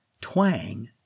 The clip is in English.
twang